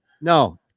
No